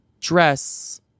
dress